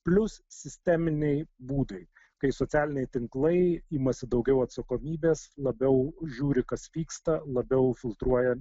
plius sisteminiai būdai kai socialiniai tinklai imasi daugiau atsakomybės labiau žiūri kas vyksta labiau filtruoja